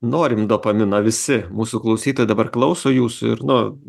norim dopamino visi mūsų klausytojai dabar klauso jūsų ir nu